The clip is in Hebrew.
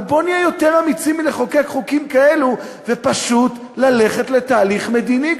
אבל בואו נהיה יותר אמיצים מלחוקק חוקים כאלה ופשוט ללכת לתהליך מדיני,